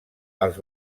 els